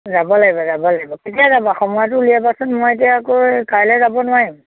যাব লাগিব যাব লাগিব কেতিয়া যাবা সময়টো উলিয়াবাচোন মই এতিয়া আকৌ কাইলৈ যাব নোৱাৰিম